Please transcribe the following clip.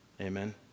Amen